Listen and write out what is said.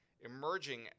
emerging